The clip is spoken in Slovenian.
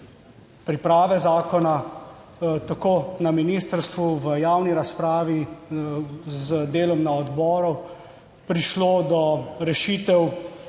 priprave zakona tako na ministrstvu v javni razpravi z delom na odboru prišlo do rešitev,